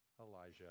Elijah